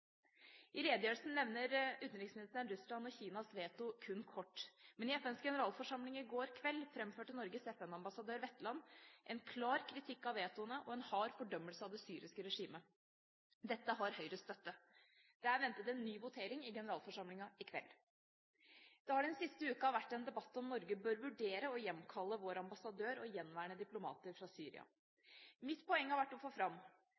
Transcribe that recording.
I redegjørelsen nevner utenriksministeren Russland og Kinas veto kun kort, men i FNs generalforsamling i går kveld framførte Norges FN-ambassadør, Wetland, en klar kritikk av vetoene og en hard fordømmelse av det syriske regimet. Dette har Høyres støtte. Det er ventet en ny votering i generalforsamlingen i kveld. Det har den siste uken vært en debatt om Norge bør vurdere å hjemkalle sin ambassadør og gjenværende diplomater fra Syria. Mitt poeng har vært å få fram